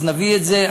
אז נביא את זה.